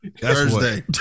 Thursday